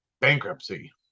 bankruptcy